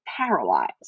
paralyzed